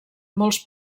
molts